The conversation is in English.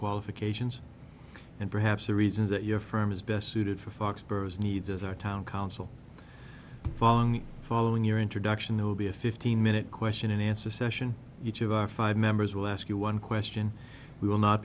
qualifications and perhaps the reasons that your firm is best suited for foxborough as needs as our town council following following your introduction there will be a fifteen minute question and answer session each of our five members will ask you one question we will not